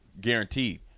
guaranteed